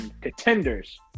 Contenders